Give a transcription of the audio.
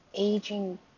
Aging